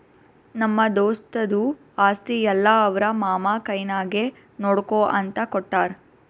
ನಮ್ಮ ದೋಸ್ತದು ಆಸ್ತಿ ಎಲ್ಲಾ ಅವ್ರ ಮಾಮಾ ಕೈನಾಗೆ ನೋಡ್ಕೋ ಅಂತ ಕೊಟ್ಟಾರ್